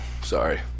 Sorry